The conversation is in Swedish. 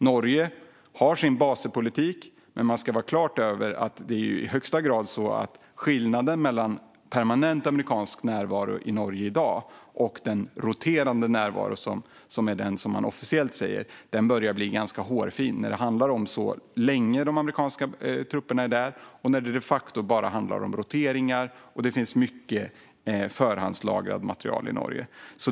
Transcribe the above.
Norge har sin basepolitikk, men man ska vara klar över att skillnaden mellan permanent amerikansk närvaro i Norge i dag och den roterande närvaro som man officiellt säger att man har börjar bli ganska hårfin när det handlar om hur länge de amerikanska trupperna är där, även om det de facto bara handlar om roteringar. Det finns också mycket förhandslagrad materiel i Norge.